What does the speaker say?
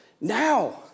now